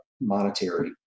monetary